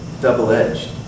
double-edged